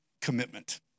commitment